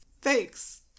Thanks